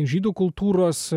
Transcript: žydų kultūros